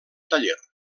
taller